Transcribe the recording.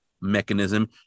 mechanism